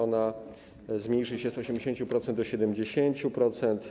On zmniejszy się z 80% do 70%.